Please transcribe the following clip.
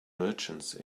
merchants